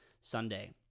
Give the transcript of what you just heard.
Sunday